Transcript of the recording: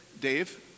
Dave